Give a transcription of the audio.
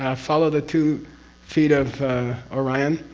ah follow the two feet of orion.